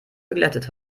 geglättet